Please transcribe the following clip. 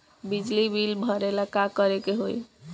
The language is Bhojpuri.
बिजली बिल भरेला का करे के होई?